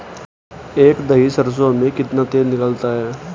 एक दही सरसों में कितना तेल निकलता है?